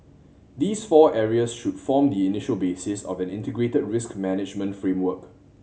these four areas should form the initial basis of an integrated risk management framework